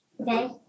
Okay